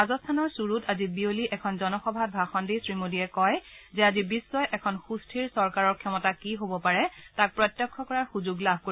ৰাজস্থানৰ চূৰুত আজি বিয়লি এখন জনসভাত ভাষণ দি শ্ৰীমোদীয়ে কয় যে আজি বিশ্বই এখন সুস্থিৰ চৰকাৰৰ ক্ষমতা কি হব পাৰে তাক প্ৰত্যক্ষ কৰাৰ সূযোগ লাভ কৰিব